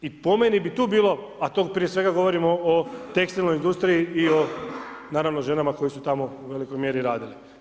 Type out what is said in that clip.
I po meni bi tu bilo, a to prije svega govorimo o tekstilnoj industriji, i o naravno ženama koje su tamo u velikoj mjeri radili.